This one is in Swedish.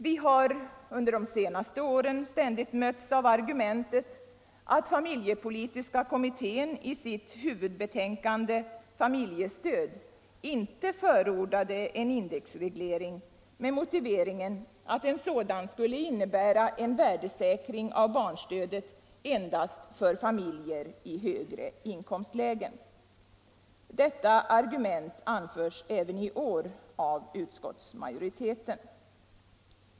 Vi har under de senaste åren ständigt mötts av argumentet att familjepolitiska kommittén i sitt huvudbetänkande Familjestöd inte förordade en indexreglering - med motiveringen att en sådan skulle innebära en värdesäkring av barnstödet endast för familjer i högre inkomstlägen. Detta argument anförs även i år av utskottsmajoriteten.